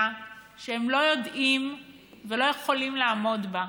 שהם לא יודעים ולא יכולים לעמוד בה.